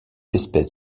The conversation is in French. espèces